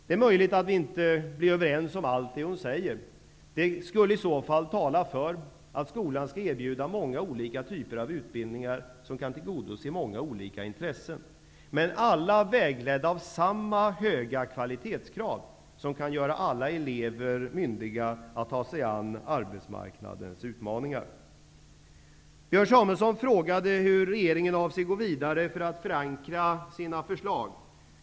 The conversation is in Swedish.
Det är möjligt att vi inte blir överens om allt som eleven skriver om i sitt brev. Det skulle i så fall tala för att skolan skall erbjuda många olika typer av utbildningar som kan tillgodose många olika intressen, alla vägledda av samma höga kvalitetskrav som kan göra alla elever myndiga att ta sig an arbetsmarknadens utmaningar. Björn Samuelson frågade hur regeringen avser att gå vidare för att förankra sina förslag.